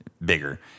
bigger